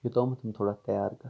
یوتامَتھ یِم تھوڑا تیار گَژھن